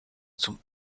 zum